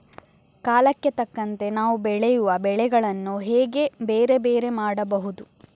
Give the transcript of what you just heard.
ಕಾಲಕ್ಕೆ ತಕ್ಕಂತೆ ನಾವು ಬೆಳೆಯುವ ಬೆಳೆಗಳನ್ನು ಹೇಗೆ ಬೇರೆ ಬೇರೆ ಮಾಡಬಹುದು?